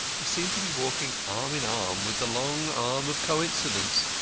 he seemed to be walking arm-in-arm with the long arm of coincidence.